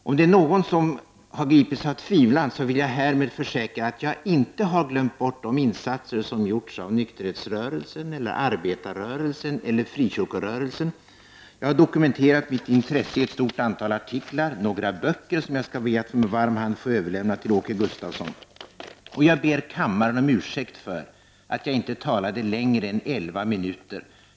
Om det är någon som har gripits av tvivel vill jag härmed försäkra att jag inte har glömt bort de insatser som har gjorts av nykterhetsrörelsen, arbetarrörelsen eller frikyrkorörelsen. Jag har dokumenterat mitt intresse i ett stort antal artiklar och några böcker som jag med varm hand skall be att få överlämna till Åke Gustavsson. Och jag ber kammaren om ursäkt för att jag inte talade längre än elva minuter.